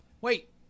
Wait